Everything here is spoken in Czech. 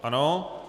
Ano.